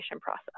process